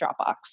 dropbox